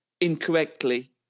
incorrectly